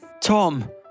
Tom